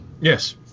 Yes